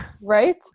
right